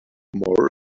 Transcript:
more